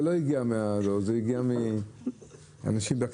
מה האחוז הכי גרוע שהיה בעמידה בהתחייבויות